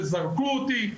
וזרקו אותי,